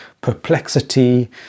perplexity